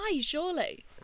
surely